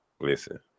Listen